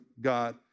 God